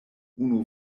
unu